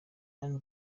anne